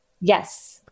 Yes